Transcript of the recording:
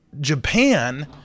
Japan